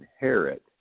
inherit